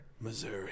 Missouri